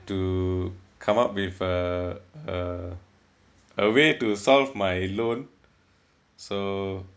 to come up with uh a a way to solve my loan so